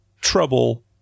trouble